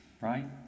Right